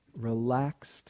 relaxed